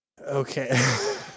okay